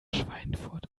schweinfurt